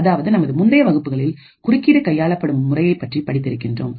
அதாவது நமது முந்தைய வகுப்புகளில் குறுக்கீடு கையாளப்படும் முறையைப் பற்றி படித்து இருக்கின்றோம்